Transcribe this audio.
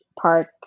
park